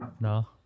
no